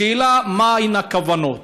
השאלה היא מהן הכוונות,